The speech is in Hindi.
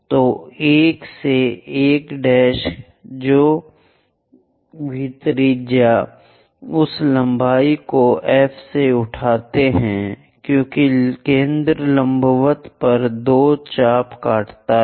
तो 1 से 1 जो भी त्रिज्या उस लंबाई को F से उठाता है क्योंकि केंद्र लंबवत पर दो चाप काटता है